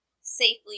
safely